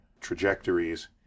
trajectories